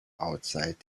outside